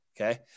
okay